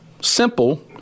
simple